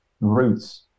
roots